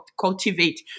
cultivate